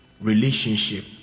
relationship